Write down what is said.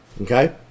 Okay